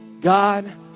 God